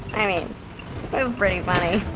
i mean, it is pretty funny.